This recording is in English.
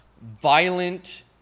violent